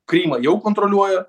krymą jau kontroliuoja